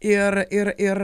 ir ir ir